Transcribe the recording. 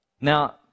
now